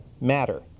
matter